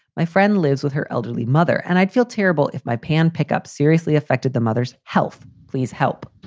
my friend lives with her elderly mother and i'd feel terrible if my pan pickup seriously affected the mother's health please help